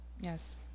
Yes